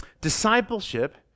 discipleship